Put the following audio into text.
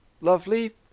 lovely